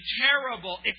terrible